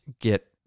get